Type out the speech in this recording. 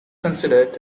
considered